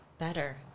better